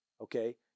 okay